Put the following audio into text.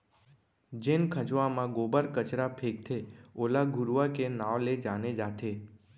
जेन खंचवा म गोबर कचरा फेकथे ओला घुरूवा के नांव ले जाने जाथे